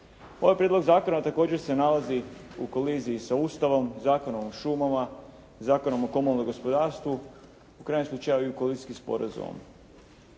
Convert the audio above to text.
Ovaj prijedlog zakona također se nalazi u koliziji sa Ustavom, Zakonom o šumama, Zakonom o komunalnom gospodarstvu, u krajnjem slučaju i koalicijskim sporazumom.